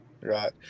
Right